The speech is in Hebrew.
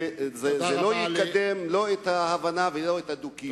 זה לא יקדם לא את ההבנה ולא את הדו-קיום.